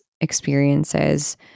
experiences